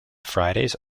fridays